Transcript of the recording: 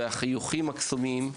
והחיוכים הקסומים,